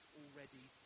already